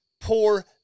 poor